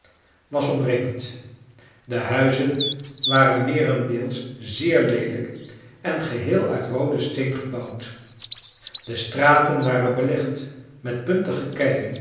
was omringd de huizen waren meerendeels zeer leelijk en geheel uit roode steen gebouwd de straten waren belegd met puntige